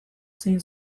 zein